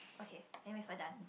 okay anyways we're done